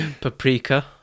Paprika